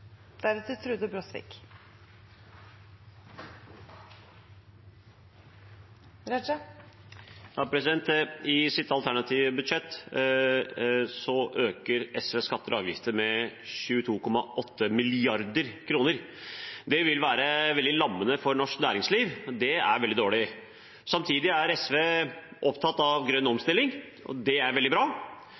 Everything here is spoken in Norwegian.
I sitt alternative budsjett øker SV skatter og avgifter med 22,8 mrd. kr. Det vil være veldig lammende for norsk næringsliv, og det er veldig dårlig. Samtidig er SV opptatt av grønn omstilling, og det er veldig bra.